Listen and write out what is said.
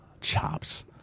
chops